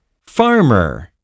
Farmer